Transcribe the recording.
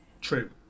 True